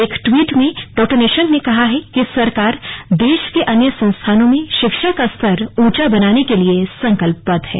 एक ट्वीट में डॉ निशंक ने कहा है कि सरकार देश के अन्य संस्थांनों में शिक्षा का स्तर ऊंचा बनाने के लिए दृढ़ संकल्प है